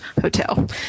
hotel